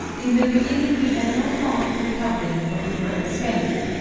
in the beginning we had no thought of recovering what we were expending,